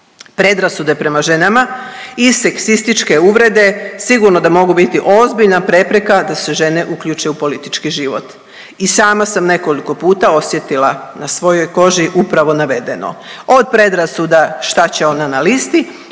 Predrasude prema ženama i seksističke uvrede, sigurno da mogu biti ozbiljna prepreka da se žene uključe u politički život. I sama sam nekoliko puta osjetila na svojoj koži upravo navedeno. Od predrasuda šta će ona na listi